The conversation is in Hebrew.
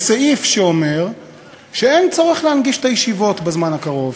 סעיף שאומר שאין צורך להנגיש את הישיבות בזמן הקרוב,